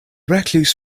recluse